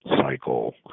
cycle